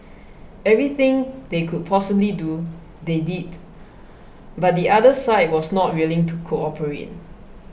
everything they could possibly do they did but the other side was not willing to cooperate